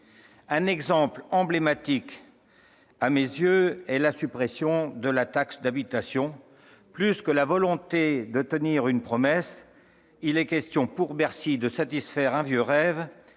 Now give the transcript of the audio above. Un exemple emblématique en est, à mes yeux, la suppression de la taxe d'habitation. Plus que la volonté de tenir une promesse, il est question pour Bercy de satisfaire un vieux rêve,